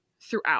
throughout